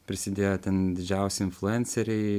prisidėjo ten didžiausi influenceriai